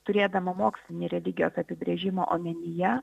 turėdama mokslinį religijos apibrėžimo omenyje